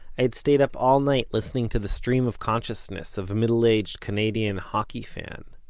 i had stayed up all night listening to the stream of consciousness of a middle-aged canadian hockey fan.